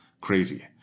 crazy